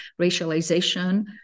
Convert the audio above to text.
racialization